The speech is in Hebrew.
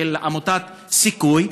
של עמותת סיכוי,